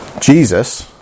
Jesus